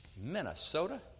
Minnesota